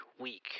week